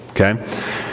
okay